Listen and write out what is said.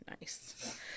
nice